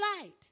light